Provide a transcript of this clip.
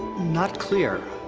not clear,